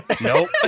Nope